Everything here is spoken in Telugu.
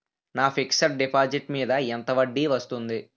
నా ఫిక్సడ్ డిపాజిట్ మీద ఎంత వడ్డీ వస్తుంది?